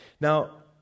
Now